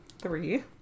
Three